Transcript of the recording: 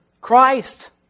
Christ